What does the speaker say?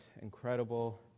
incredible